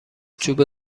چوب